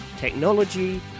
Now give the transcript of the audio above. technology